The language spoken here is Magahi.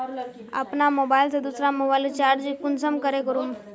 अपना मोबाईल से दुसरा मोबाईल रिचार्ज कुंसम करे करूम?